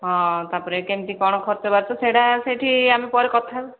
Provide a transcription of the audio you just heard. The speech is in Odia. ହଁ ତା'ପରେ କେମତି କ'ଣ ଖର୍ଚ୍ଚ ବାର୍ଚ୍ଚ ସେଇଟା ସେଇଠି ଆମେ ପରେ କଥା ହେବା